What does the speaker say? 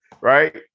right